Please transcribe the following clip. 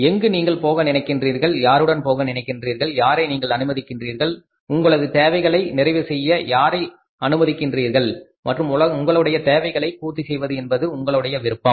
எங்கு நீங்கள் போக நினைக்கின்றீர்கள் யாருடன் போக நினைக்கின்றீர்கள் யாரை நீங்கள் அனுமதிக்கிறீர்கள் உங்களது தேவைகளை நிறைவு செய்ய யாரை அனுமதிக்கிறார்கள் மற்றும் உங்களுடைய தேவைகளை பூர்த்தி செய்வது என்பது உங்களுடைய விருப்பம்